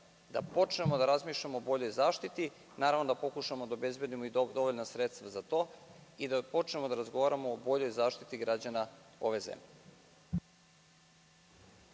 da počnemo da razmišljamo o boljoj zaštiti, da pokušamo da obezbedimo i dovoljna sredstva za to i da počnemo da razgovaramo o boljoj zaštiti građana ove zemlje.